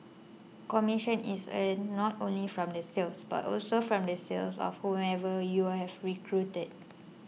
commission is earned not only from the sales but also from the sales of whomever you're have recruited